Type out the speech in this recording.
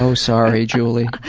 so sorry, julie.